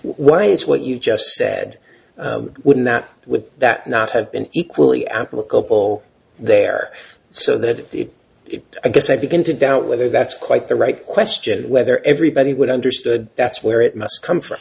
why it's what you just said wouldn't that with that not have been equally applicable there so that it i guess i begin to doubt whether that's quite the right question whether everybody would understood that's where it must come from